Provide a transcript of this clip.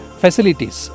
facilities